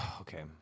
okay